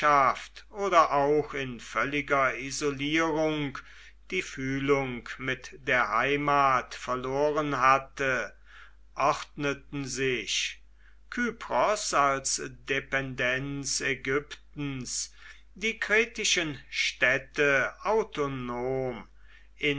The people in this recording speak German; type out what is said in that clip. oder auch in völliger isolierung die fühlung mit der heimat verloren hatte ordneten sich kypros als dependenz ägyptens die kretischen städte autonom